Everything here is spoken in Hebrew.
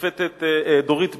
השופטת דורית בייניש,